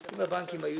אם הבנקים היו